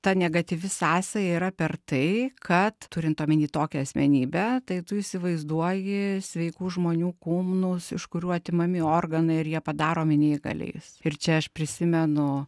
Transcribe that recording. ta negatyvi sąsaja yra per tai kad turint omeny tokią asmenybę tai tu įsivaizduoji sveikų žmonių kūnus iš kurių atimami organai ir jie padaromi neįgaliais ir čia aš prisimenu